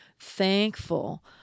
thankful